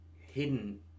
hidden